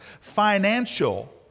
financial